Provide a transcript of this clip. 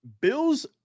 Bills